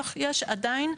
כך יש עדיין,